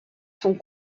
sont